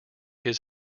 his